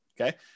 okay